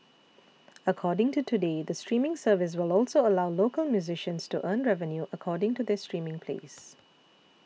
according to Today the streaming service will also allow local musicians to earn revenue according to their streaming plays